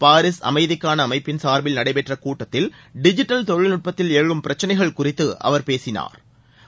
Paris அமைதிக்கான அமைப்பின் சார்பில் நடைபெற்ற சுட்டத்தில் டிஜிட்டல் தொழில்நட்பத்தில் எழும் பிரச்சனைகள் குறித்து அவர் பேசினாா்